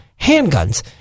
handguns